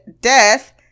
death